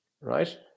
right